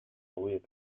طويلة